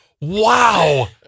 Wow